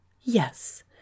Yes